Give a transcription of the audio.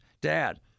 Dad